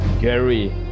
Gary